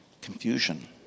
confusion